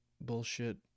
bullshit